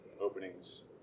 openings